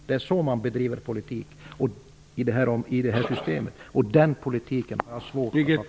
Det är så man i det här systemet bedriver politik. Den politiken har jag svårt att förstå.